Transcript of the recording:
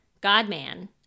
God-man